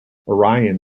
orion